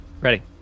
Ready